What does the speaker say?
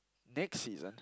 next season